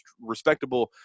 respectable